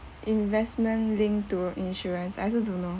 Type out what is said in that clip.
investment linked to insurance I also don't know